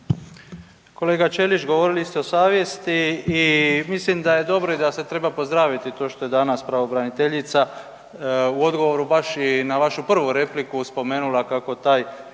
Kolega Ćelić govorili ste o savjesti i mislim da je dobro i da se treba pozdraviti to što je danas pravobraniteljica u odgovoru baš i na vašu prvu repliku spomenula kako taj